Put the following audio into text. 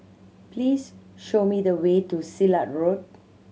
please show me the way to Silat Road